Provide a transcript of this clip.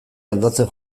aldatzen